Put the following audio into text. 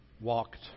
walked